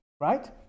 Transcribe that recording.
right